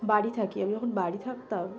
বাড়ি থাকি আমি যখন বাড়ি থাকতাম